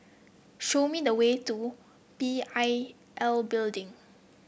show me the way to P I L Building